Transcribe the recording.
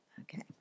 Okay